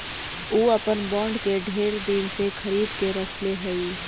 ऊ अपन बॉन्ड के ढेर दिन से खरीद के रखले हई